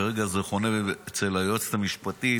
כרגע זה חונה אצל היועצת המשפטית.